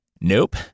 Nope